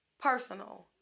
Personal